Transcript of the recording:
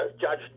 judge